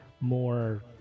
more